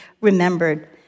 remembered